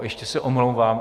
Ještě se omlouvám.